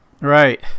Right